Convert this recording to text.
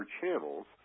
channels